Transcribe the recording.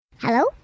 Hello